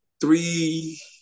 three